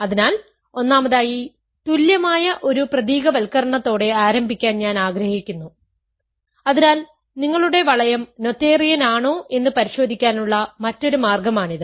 അതിനാൽ ഒന്നാമതായി തുല്യമായ ഒരു പ്രതീകവൽക്കരണത്തോടെ ആരംഭിക്കാൻ ഞാൻ ആഗ്രഹിക്കുന്നു അതിനാൽ നിങ്ങളുടെ വളയം നോഥേറിയൻ ആണോ എന്ന് പരിശോധിക്കാനുള്ള മറ്റൊരു മാർഗം ആണിത്